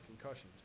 concussions